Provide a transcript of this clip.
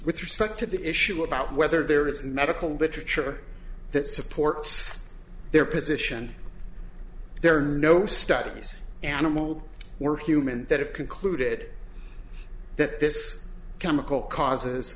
with respect to the issue about whether there is medical literature that supports their position there are no studies animal or human that have concluded that this chemical causes